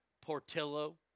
Portillo